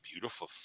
beautiful